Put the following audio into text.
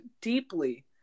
deeply